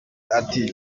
ati